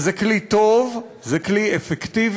וזה כלי טוב, זה כלי אפקטיבי,